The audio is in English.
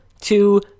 Two